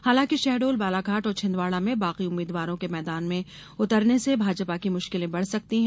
हालांकि शहडोल बालाघाट और छिन्दवाड़ा में बागी उम्मीदवारों के मैदान में उतरने से भाजपा की मुश्किलें बढ़ सकती है